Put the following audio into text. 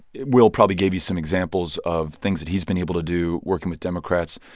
will probably gave you some examples of things that he's been able to do working with democrats.